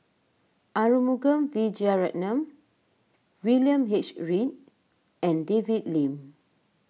Arumugam Vijiaratnam William H Read and David Lim